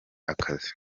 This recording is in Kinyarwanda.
akazi